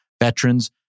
veterans